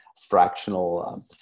Fractional